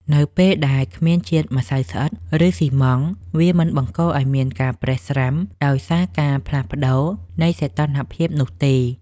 នៅពេលដែលគ្មានជាតិម្សៅស្អិត ឬ ស៊ីម៉ងត៍ វាមិនបង្កឱ្យមានការប្រេះស្រាំដោយសារការផ្លាស់ប្ដូរនៃសីតុណ្ហភាពនោះទេ។